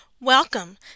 Welcome